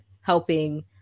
helping